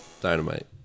dynamite